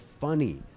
funny